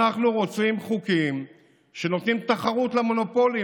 אנחנו רוצים חוקים שנותנים תחרות למונופולים,